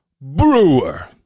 Brewer